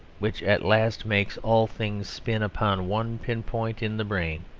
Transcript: which at last makes all things spin upon one pin-point in the brain.